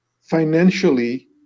financially